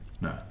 No